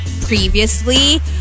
Previously